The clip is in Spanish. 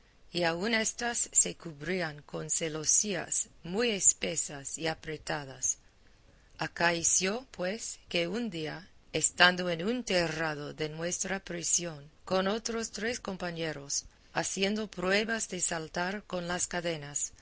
y aun éstas se cubrían con celosías muy espesas y apretadas acaeció pues que un día estando en un terrado de nuestra prisión con otros tres compañeros haciendo pruebas de saltar con las cadenas